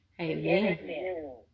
Amen